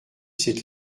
cette